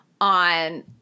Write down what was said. on